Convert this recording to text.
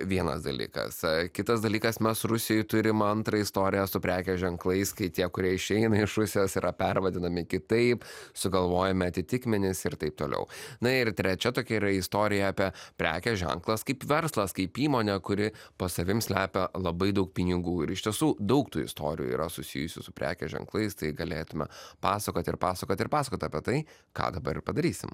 vienas dalykas kitas dalykas mes rusijoj turim antrą istoriją su prekės ženklais kai tie kurie išeina iš rusijos yra pervadinami kitaip sugalvojami atitikmenys ir taip toliau na ir trečia tokia yra istorija apie prekės ženklas kaip verslas kaip įmonė kuri po savim slepia labai daug pinigų ir iš tiesų daug tų istorijų yra susijusių su prekės ženklais tai galėtume pasakot ir pasakot ir pasakot apie tai ką dabar ir padarysim